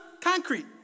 Concrete